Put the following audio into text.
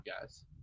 guys